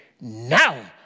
Now